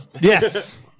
Yes